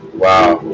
wow